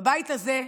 בבית הזה,